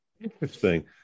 Interesting